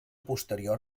posterior